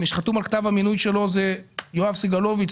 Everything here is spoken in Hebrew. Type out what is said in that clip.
מי שחתום על כתב המינוי שלו הוא יואב סגלוביץ',